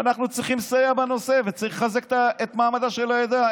שאנחנו צריכים לסייע בנושא ושצריך לחזק את מעמדה של העדה.